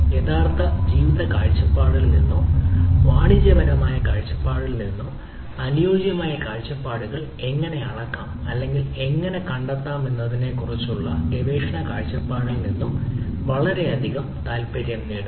യഥാർത്ഥ ജീവിത കാഴ്ചപ്പാടിൽ നിന്നോ വാണിജ്യപരമായ കാഴ്ചപ്പാടിൽ നിന്നോ അനുയോജ്യമായ കാഴ്ചപ്പാടുകൾ എങ്ങനെ അളക്കാം അല്ലെങ്കിൽ എങ്ങനെ കണ്ടെത്താമെന്നതിനെക്കുറിച്ചും ഗവേഷണ കാഴ്ചപ്പാടിൽ നിന്നും വളരെയധികം താൽപ്പര്യം നേടുന്നു